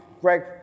Greg